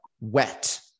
wet